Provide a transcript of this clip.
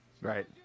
right